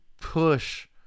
push